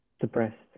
depressed